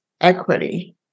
equity